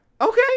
Okay